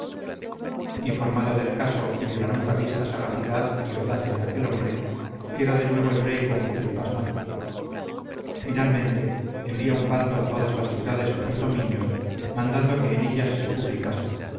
informado del caso y de la nunca vista sagacidad y audacia de aquel hombre queda de nuevo el rey confuso y pasmado finalmente envía un bando a todas las ciudades de sus dominios mandando que en ellas se publicase por